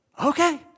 Okay